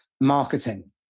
marketing